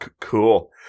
cool